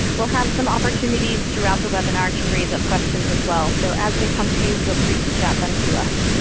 we'll have some opportunities throughout the webinar to raise up questions as well. so as they come to you, feel free to chat them to us.